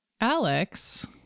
Alex